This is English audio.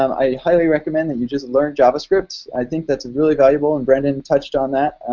um i highly recommend that you just learn javascript. i think that's really valuable, and brendan touched on that,